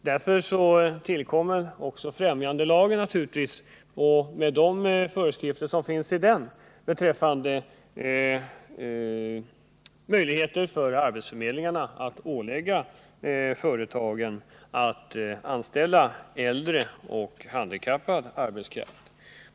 Vi har naturligtvis främjandelagen med de möjligheter som finns i den för arbetsförmedlingarna att ålägga företagen att anställa äldre och handikappad arbetskraft.